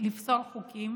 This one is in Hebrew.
לפסול חוקים